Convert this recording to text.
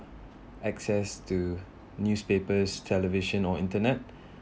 access to newspapers television or internet